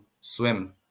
swim